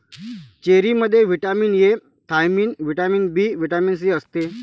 चेरीमध्ये vitamin A, thiamine, vitamin B, vitamin C असते